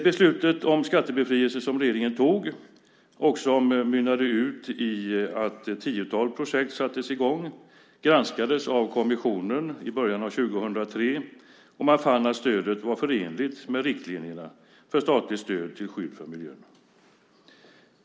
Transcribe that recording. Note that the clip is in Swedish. Beslutet om skattebefrielse som regeringen tog och som mynnade ut i att ett tiotal projekt sattes i gång granskades av kommissionen i början av 2003, och man fann att stödet var förenligt med riktlinjerna för statligt stöd till skydd för miljön.